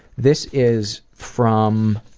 this is from